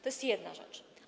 To jest jedna rzecz.